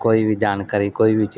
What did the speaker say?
ਕੋਈ ਵੀ ਜਾਣਕਾਰੀ ਕੋਈ ਵੀ ਚੀਜ਼